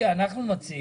מציע